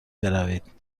بروید